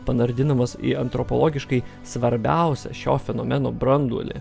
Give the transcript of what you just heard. panardinamas į antropologiškai svarbiausią šio fenomeno branduolį